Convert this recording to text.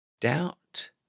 Doubt